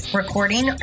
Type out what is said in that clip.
recording